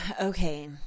Okay